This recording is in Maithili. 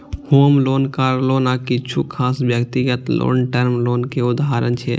होम लोन, कार लोन आ किछु खास व्यक्तिगत लोन टर्म लोन के उदाहरण छियै